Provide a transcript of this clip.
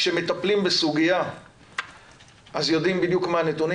כשמטפלים בסוגיה אז יודעים בדיוק מה הנתונים